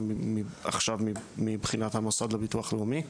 עכשיו מבחינת המוסד לביטוח לאומי?